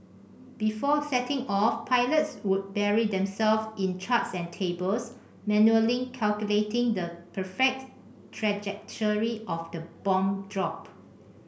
before setting off pilots would bury themselves in charts and tables manually calculating the perfect trajectory of the bomb drop